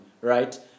right